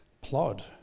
plod